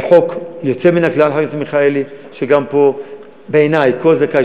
זה חוק יוצא מן הכלל, חבר הכנסת מיכאלי.